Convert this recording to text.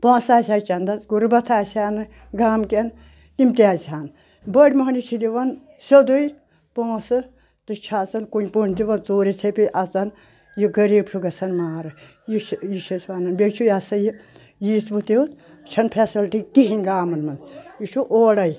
پونٛسہٕ آسہِ ہا چَندَس غُربَت آسہِ ہا نہٕ گامکؠن تِم تہِ آسہِ ہَن بٔڑۍ مہونی چھِ دِوان سیوٚدے پونٛسہٕ تہٕ چھِ آژان کُنہِ پٲٹھۍ دِوان ژوٗرِ ژھیٚپِیہِ اَژان یہِ غریٖب چھُ گژھان مارٕ یہِ چھِ یہِ چھِ أسۍ ونان بیٚیہِ چھُ یہِ ہسا یہِ یُتھ بہٕ تِیُتھ چھنہٕ فیسلٹی کِہیٖنۍ گامَن منٛز یہِ چھُ اورے